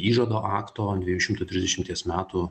įžado akto dviejų šimtų trisdešimties metų